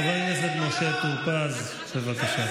חבר הכנסת משה טור פז, בבקשה.